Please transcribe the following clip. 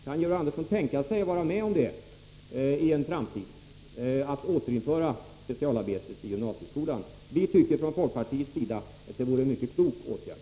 Kan Georg Andersson tänka sig att vara med om att i en framtid återinföra specialarbeten i gymnasieskolan? Vi tycker från folkpartiets sida att det vore en mycket klok åtgärd.